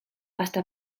hasta